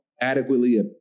adequately